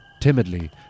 Timidly